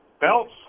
belts